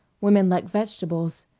women like vegetables,